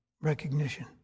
recognition